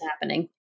happening